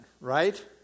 right